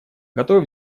готовы